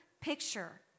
picture